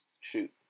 Shoot